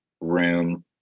room